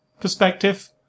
perspective